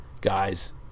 guys